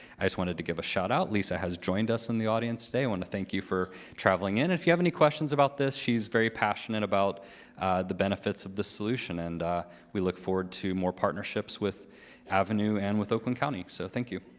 i just wanted to give a shout-out. lisa has joined us in the audience today. i want to thank you for traveling in. if you have any questions about this, she's very passionate about the benefits of the solution. and we look forward to more partnerships with avenu and with oakland county. so thank you.